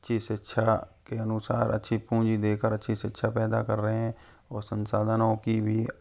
अच्छी शिक्षा के अनुसार अच्छी पूंजी देकर अच्छी शिक्षा पैदा कर रहे हैं और संसाधनों की भी